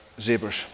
zebras